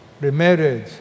remarriage